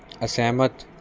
ਅਸਹਿਮਤ